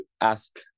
ask